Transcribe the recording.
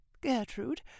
Gertrude